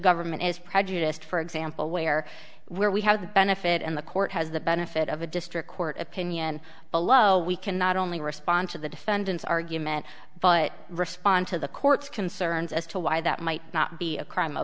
government is prejudiced for example where where we have the benefit and the court has the benefit of a district court opinion below we can not only respond to the defendant's argument but respond to the court's concerns as to why that might not be a crime of